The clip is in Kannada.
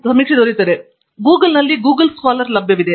ಆದ್ದರಿಂದ ಗೂಗಲ್ನಲ್ಲಿ ಗೂಗಲ್ ವಿದ್ವಾಂಸ ಲಭ್ಯವಿದೆ